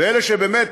ואלה שבאמת